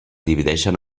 divideixen